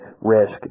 risk